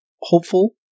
hopeful